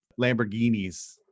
Lamborghinis